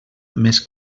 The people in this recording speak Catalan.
més